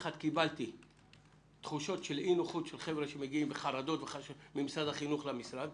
קיבלתי תחושות של אי נוחות מצד חבר'ה ממשרד החינוך שמגיעים עם חרדות,